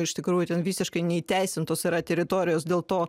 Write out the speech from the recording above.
iš tikrųjų ten visiškai neįteisintos yra teritorijos dėl to